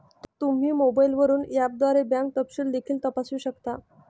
तुम्ही मोबाईलवरून ऍपद्वारे बँक तपशील देखील तपासू शकता